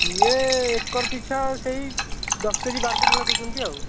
ସିଏ ଏକର ପିଛା ସେଇ ଦଶ କେଜି ବାର କେଜି ଭଳିଆ ଦେଉଛନ୍ତି ଆଉ